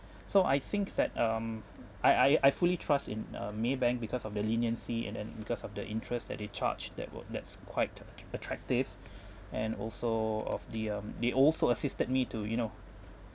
so I think that um I I I fully trust in uh Maybank because of their leniency and then because of the interest that they charged that were that's quite at~ attractive and also of the um they also assisted me to you know